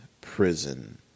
prison